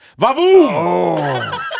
Vavoom